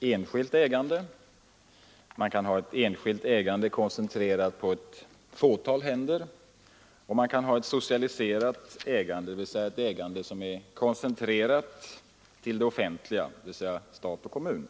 enskilt ägande, man kan ha ett enskilt ägande koncentrerat på ett fåtal händer och man kan ha ett socialiserat ägande, dvs. ett ägande som är koncentrerat till det offentliga, alltså till stat och kommun.